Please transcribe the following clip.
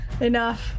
enough